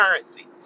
currency